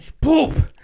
poop